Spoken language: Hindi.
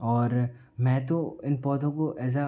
और मैं तो इन पौधों को एज़ अ